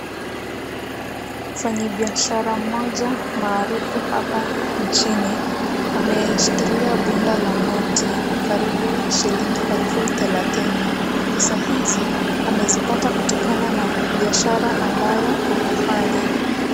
Mfanyibiashara mmoja maharufu hapa njini ameshikilia bunda la noti karibu shilingi elfu thelatini pesa hisi amezipata kutokana na biashara ambayo anafanya.